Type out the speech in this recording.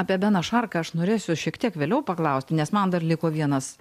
apie beną šarką aš norėsiu šiek tiek vėliau paklausti nes man dar liko vienas